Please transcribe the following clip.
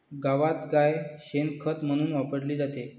गावात गाय शेण खत म्हणून वापरली जाते